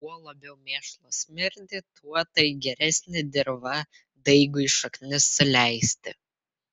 kuo labiau mėšlas smirdi tuo tai geresnė dirva daigui šaknis suleisti